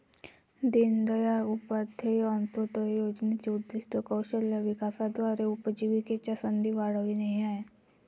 दीनदयाळ उपाध्याय अंत्योदय योजनेचे उद्दीष्ट कौशल्य विकासाद्वारे उपजीविकेच्या संधी वाढविणे हे आहे